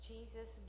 Jesus